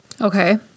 Okay